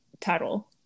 title